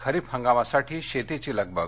खरीप हंगामासाठी शेतीची लगबग